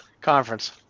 conference